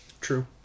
True